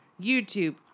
YouTube